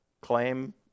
claim